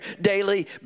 daily